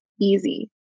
easy